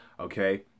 okay